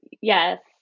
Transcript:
yes